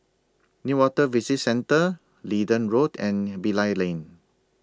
Newater Visitor Centre Leedon Road and Bilal Lane